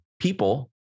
people